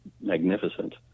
magnificent